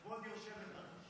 כבוד היושבת-ראש.